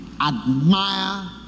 admire